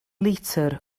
litr